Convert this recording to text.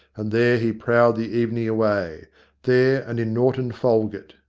and there he prowled the evening away there and in norton folgate.